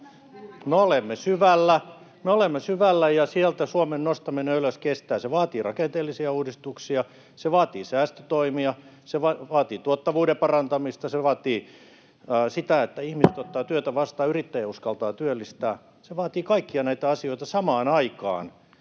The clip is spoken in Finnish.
Me olemme syvällä, ja Suomen nostaminen ylös sieltä kestää. Se vaatii rakenteellisia uudistuksia, se vaatii säästötoimia, se vaatii tuottavuuden parantamista. Se vaatii sitä, että ihmiset ottavat työtä vastaan, yrittäjä uskaltaa työllistää. Se vaatii kaikkia näitä asioita samaan aikaan,